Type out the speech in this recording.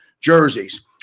jerseys